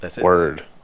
Word